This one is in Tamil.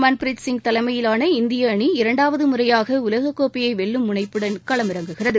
மன்பிரீத் சிங் தலைமையிலான இந்திய அணி இரண்டாவது முறையாக உலகக்கோப்பையை வெல்லும் முனைப்புடன் களமிறங்குகிறது